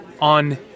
on